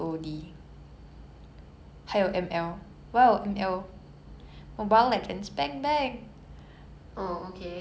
oh okay 很好玩 ah 跟谁玩 okay